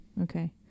Okay